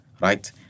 right